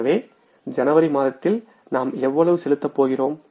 எனவே ஜனவரி மாதத்தில் நாம் எவ்வளவு செலுத்தப் போகிறோம்